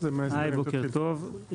היי בוקר טוב.